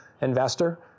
investor